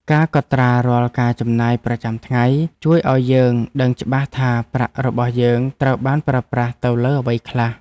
ការកត់ត្រារាល់ការចំណាយប្រចាំថ្ងៃ ជួយឱ្យយើងដឹងច្បាស់ថាប្រាក់របស់យើងត្រូវបានប្រើប្រាស់ទៅលើអ្វីខ្លះ។